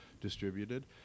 distributed